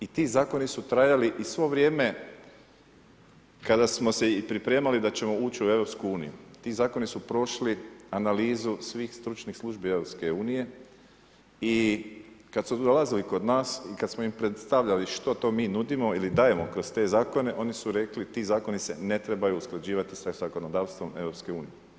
I ti zakoni su trajali i svo vrijeme kada smo se i pripremali da ćemo uči u EU, ti zakoni su prošli analizu svih stručnih službi EU i kada su dolazili do nas i kada smo im predstavljali što mi nudimo ili dajemo kroz zakone, oni su rekli, ti zakoni se ne trebaju usklađivati sa zakonodavstvom EU.